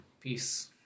peace